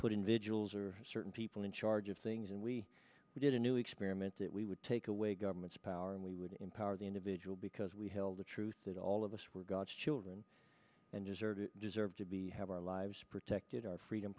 put in vigils or certain people in charge of things and we did a new experiment that we would take away government's power and we would empower the individual because we held a truth that all of us were god's children and deserved it deserved to be have our lives protected our freedom